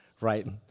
right